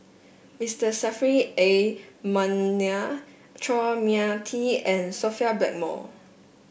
Mister Saffri A Manaf Chua Mia Tee and Sophia Blackmore